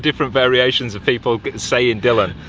different variations of people saying dillon.